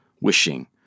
wishing